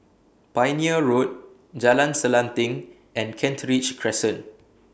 Pioneer Road Jalan Selanting and Kent Ridge Crescent